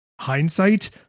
hindsight